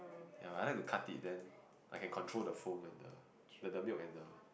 ya I like to cut it then I can control the foam and the the the milk and the